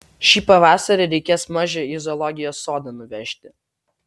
šį pavasarį reikės mažę į zoologijos sodą nuvežti